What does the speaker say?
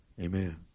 Amen